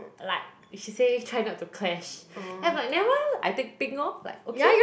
like she say try not to clash then I was like never mind loh I take pink orh like okay loh